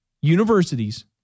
universities